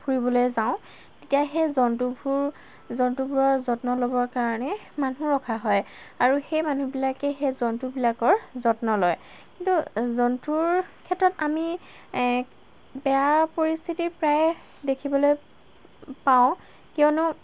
ফুৰিবলৈ যাওঁ তেতিয়া সেই জন্তুভোৰ জন্তুবোৰৰ যত্ন ল'বৰ কাৰণে মানুহ ৰখা হয় আৰু সেই মানুহবিলাকে সেই জন্তুবিলাকৰ যত্ন লয় কিন্তু জন্তুৰ ক্ষেত্ৰত আমি বেয়া পৰিস্থিতি প্ৰায় দেখিবলৈ পাওঁ কিয়নো